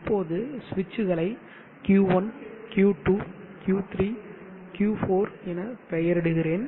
இப்போது சுவிட்சுகளை Q1 Q2 Q3 Q4 என பெயரிடுகிறேன்